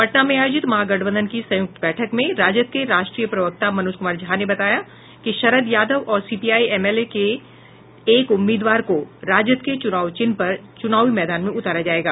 पटना में आयोजित महागठबंधन की संयुक्त बैठक में राजद के राष्ट्रीय प्रवक्ता मनोज कुमार झा ने बताया कि शरद यादव और सीपीआई एमएल के एक उम्मीदवार को राजद के चुनाव चिन्ह पर चुनावी मैदान में उतारा जायेगा